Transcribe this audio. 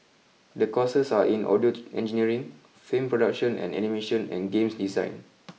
the courses are in audio engineering film production and animation and games design